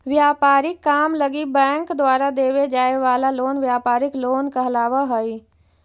व्यापारिक काम लगी बैंक द्वारा देवे जाए वाला लोन व्यापारिक लोन कहलावऽ हइ